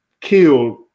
killed